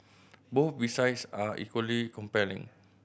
both besides are equally compelling